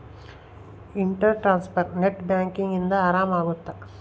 inter transfer net banking ಇಂದ ಆರಾಮ ಅಗುತ್ತ